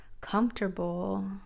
comfortable